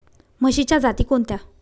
म्हशीच्या जाती कोणत्या?